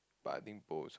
but I think boast ah